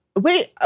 Wait